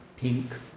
pink